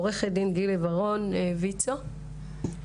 עו"ד גילי ורון מוויצ"ו, בבקשה.